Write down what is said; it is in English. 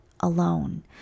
Alone